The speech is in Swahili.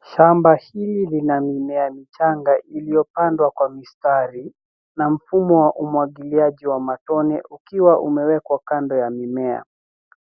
Shamba hili lina mimea michanga iliyopandwa kwa mistari na mfumo wa umwagiliaji wa matone ukiwa umewekwa kando ya mimea.